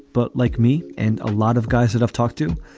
but like me and a lot of guys that i've talked to,